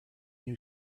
new